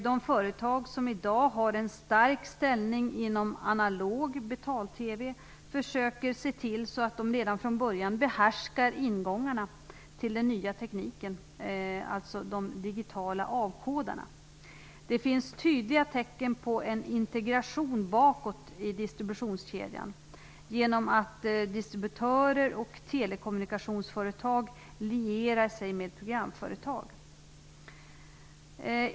De företag som i dag har en stark ställning inom analog betal-TV försöker se till att de redan från början behärskar ingångarna till den nya tekniken - dvs. de digitala avkodarna. Det finns tydliga tecken på en integration bakåt i distributionskedjan, genom att distributörer och telekommunikationsföretag lierar sig med programföretag.